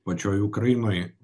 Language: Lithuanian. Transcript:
pačioj ukrainoj